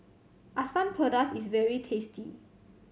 Asam Pedas is very tasty